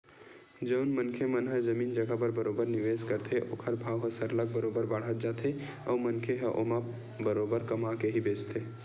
जउन मनखे मन ह जमीन जघा म बरोबर निवेस करथे ओखर भाव ह सरलग बरोबर बाड़त जाथे अउ मनखे ह ओमा बरोबर कमा के ही बेंचथे